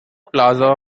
plaza